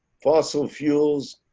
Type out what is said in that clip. fossil fuels.